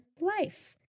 life